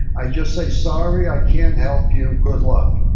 i just say, sorry i can't help you. good luck,